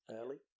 early